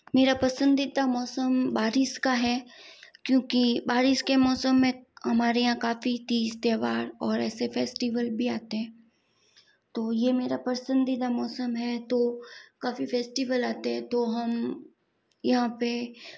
मेरा पसंदीदा मौसम बारिश का है क्योंकि बारिश के मौसम में हमारे यहां काफ़ी तीज त्यौहार और ऐसे फ़ेस्टिवल भी आते हैं तो ये मेरा पसंदीदा मौसम है तो काफ़ी फ़ेस्टिवल आते हैं तो हम यहां पे